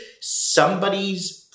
somebody's